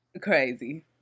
crazy